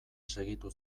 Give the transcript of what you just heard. segitu